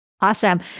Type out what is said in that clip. Awesome